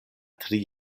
tri